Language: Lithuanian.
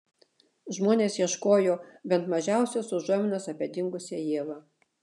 žmonės ieškojo bent mažiausios užuominos apie dingusią ievą